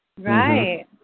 Right